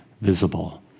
visible